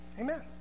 Amen